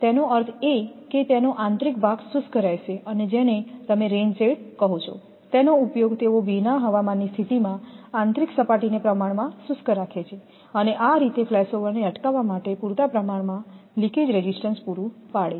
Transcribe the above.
તેનો અર્થ એ કે તેનો આંતરિક ભાગ શુષ્ક રહેશે જેને તમે રેઇન શેડ કહો છો તેનો ઉપયોગ તેઓ ભીના હવામાનની સ્થિતિમાં આંતરિક સપાટીને પ્રમાણમાં શુષ્ક રાખે છે અને આ રીતે ફ્લેશઓવર્સ ને અટકાવવા માટે પૂરતા પ્રમાણમાં લિકેજ રેઝિસ્ટન્સ પુરુ પાડે છે